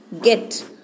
get